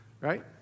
Right